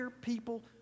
people